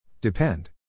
Depend